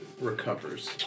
Recovers